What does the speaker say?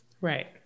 Right